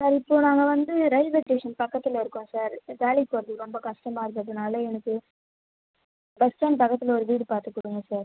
sir இப்போ நாங்கள் வந்து ரயில்வே ஸ்டேஷன் பக்கத்தில் இருக்கோம் சார் வேலைக்கு போகிறதுக்கு ரொம்ப கஷ்டமாக இருக்கறதுனால் எனக்கு பஸ் ஸ்டாண்ட் பக்கத்தில் ஒரு வீடு பார்த்து கொடுங்க சார்